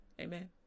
Amen